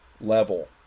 level